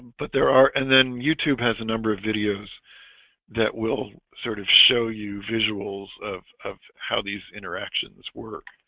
but there are and then youtube has a number of videos that will sort of show you visuals of of how these interactions work?